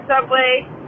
Subway